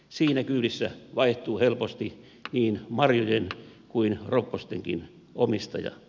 siinä kyydissä vaihtuu helposti niin marjojen kuin roppostenkin omistaja